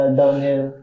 downhill